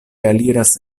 aliras